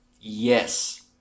Yes